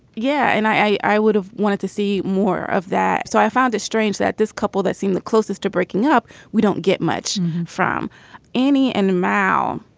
yeah. and i i would have wanted to see more of that. so i found it strange that this couple that seemed the closest to breaking up we don't get much from any and now.